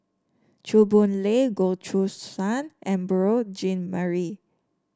Chew Boon Lay Goh Choo San and Beurel Jean Marie